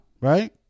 right